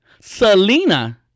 Selena